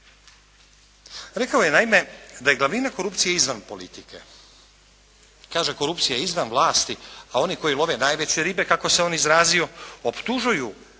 Rekao je naime da je glavnina korupcije izvan politike. Kaže korupcija je izvan vlasti a oni koji love najveće ribe kako se on izrazio optužuju vladajuće